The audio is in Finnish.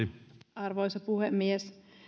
arvoisa puhemies